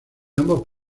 ambos